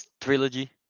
trilogy